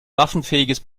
waffenfähiges